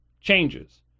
changes